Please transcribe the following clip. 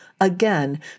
Again